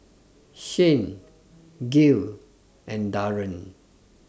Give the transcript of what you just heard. Shane Gayle and Daren